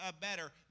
better